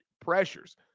pressures